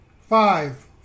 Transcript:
Five